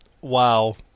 wow